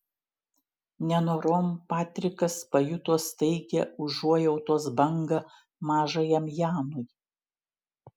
nenorom patrikas pajuto staigią užuojautos bangą mažajam janui